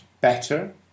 better